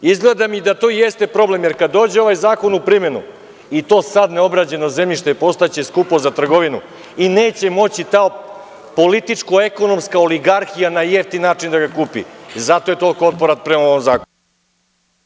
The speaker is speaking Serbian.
Izgleda mi da to jeste problem, jer kad dođe ovaj zakon u primenu i to sad neobrađeno zemljište postaće skupo za trgovinu i neće moći ta političko-ekonomska oligarhija na jeftin način da ga kupi, zato je toliko otporan prema ovom zakonu.